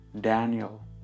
Daniel